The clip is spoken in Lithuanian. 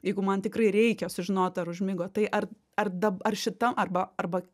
jeigu man tikrai reikia sužinot ar užmigo tai ar ar dab ar šita arba arba